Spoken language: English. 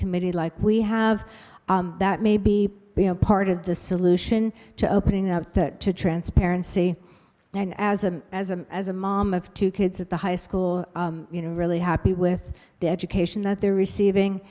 committee like we have that may be part of the solution to opening up to transparency and as a as a as a mom of two kids at the high school you know really happy with the education that they're receiving